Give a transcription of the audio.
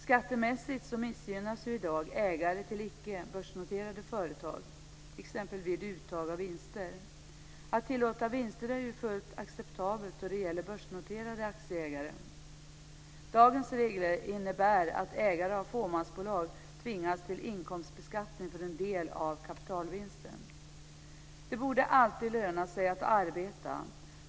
Skattemässigt missgynnas i dag ägare till icke börsnoterade företag, t.ex. vid uttag av vinster. Att tillåta vinster är fullt acceptabelt då det gäller börsnoterade aktieägare. Dagens regler innebär att ägare av fåmansbolag tvingas till inkomstbeskattning för en del av kapitalvinsten. Det borde alltid löna sig att arbeta.